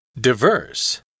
diverse